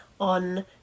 on